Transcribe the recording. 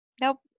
Nope